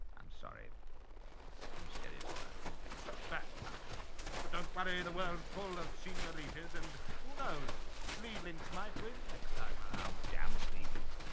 i'm sorry i'm serious about this well bad luck but don't worry the world full of senoritas and who knows sleeve-links might win next time. ah how damn sleeve-links.